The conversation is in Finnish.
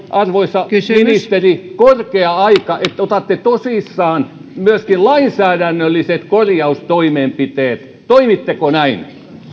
arvoisa ministeri korkea aika että otatte tosissanne myöskin lainsäädännölliset korjaustoimenpiteet toimitteko näin